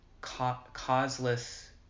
causeless